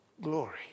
glory